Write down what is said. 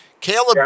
Caleb